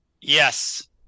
Yes